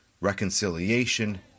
reconciliation